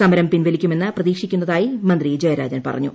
സമരം പിൻവലിക്കുമെന്ന് പ്രതീക്ഷിക്കുന്നതായി മന്ത്രി ജയരാജൻ പറഞ്ഞു